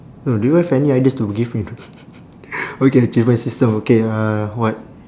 no do you have any ideas to give me not okay achievement system okay uh what